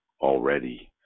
already